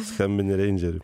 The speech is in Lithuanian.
skambini reindžeriui